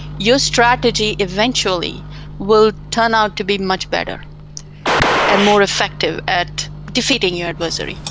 your strategy eventually will turn out to be much better and more effective at defeating your adversary.